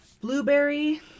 blueberry